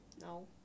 no